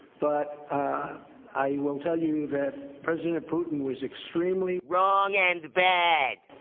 but i will tell you that president putin was extremely wrong and bad.